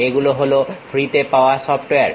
এগুলো হলো ফ্রীতে পাওয়া সফটওয়্যার